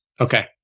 Okay